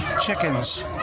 chickens